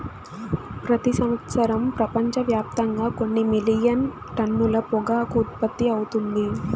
ప్రతి సంవత్సరం ప్రపంచవ్యాప్తంగా కొన్ని మిలియన్ టన్నుల పొగాకు ఉత్పత్తి అవుతుంది